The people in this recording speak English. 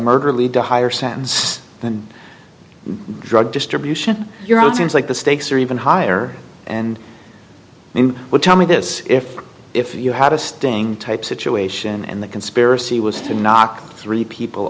murder lead to a higher sense than drug distribution your own seems like the stakes are even higher and then would tell me this if if you had a sting type situation and the conspiracy was to knock three people